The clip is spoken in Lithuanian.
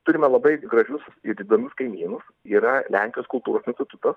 turime labai gražius įdomius kaimynus yra lenkijos kultūros institutas